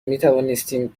میتوانستیم